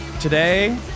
today